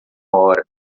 hora